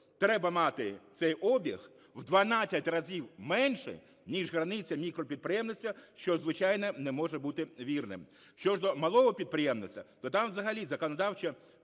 треба мати цей обіг в 12 разів менше ніж границя мікропідприємництва, що, звичайно, не може бути вірним. Що ж до малого піприємництва, то там взагалі законодавчо